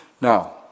Now